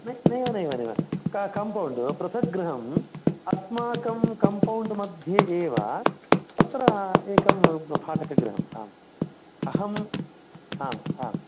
नैव नैव नैव कम्पौण्ड् पृथक् गृहम् अस्माकं कम्पौण्ड् मध्ये एव तत्र एकं भाटकगृहम् आम् अहम् आम् आम्